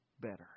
better